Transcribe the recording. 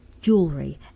jewelry